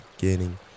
beginning